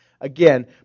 again